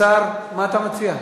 השר, מה אתה מציע?